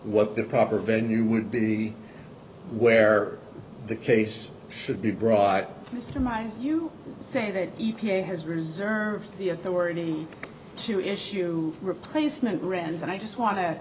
what the proper venue would be where the case should be brought mr mind you say the e p a has reserved the authority to issue replacement grins and i just want to